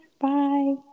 Bye